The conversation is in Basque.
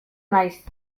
naiz